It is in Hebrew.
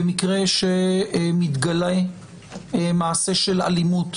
במקרה שמתגלה מעשה של אלימות